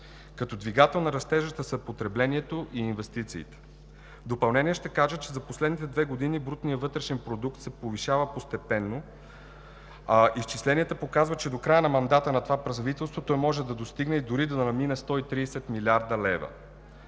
3%. Двигател на растежа ще са потреблението и инвестициите. В допълнение ще кажа, че за последните две години брутният вътрешен продукт се повишава постепенно, а изчисленията показват, че до края на мандата на това правителство той може да достигне и дори да надмине 130 млрд. лв.